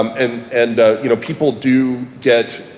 um and and you know people do get